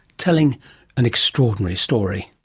telling an extraordinary story.